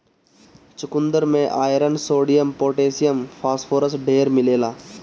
चुकन्दर में iron, sodium, potassium, phosphorus ढेर मिलेला